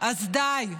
אז די.